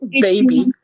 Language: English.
Baby